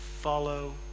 Follow